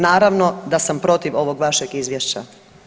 Naravno da sam protiv ovog vašeg Izvješća.